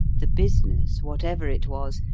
the business, whatever it was,